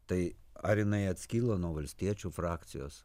tai ar jinai atskilo nuo valstiečių frakcijos